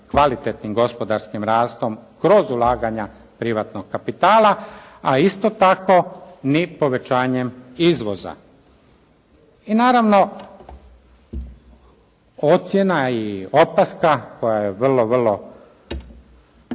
kvalitetnim gospodarskim rastom kroz ulaganja privatnog kapitala, a isto tako ni povećanjem izvoza. I naravno, ocjena i opaska koja je vrlo, vrlo